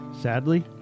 sadly